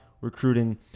recruiting